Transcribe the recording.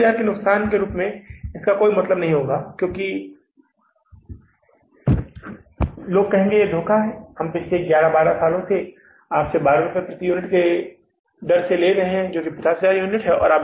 स्थानीय बाजार के नुकसान के रूप में इसका मतलब नहीं होगा कि लोग कहेंगे कि यह धोखा है हम इसे पिछले 12 वर्षों से 12 रुपये में खरीद रहे हैं जो कि 50000 यूनिट है